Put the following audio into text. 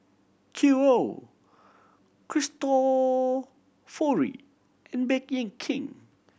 Qoo Cristofori and Bake In King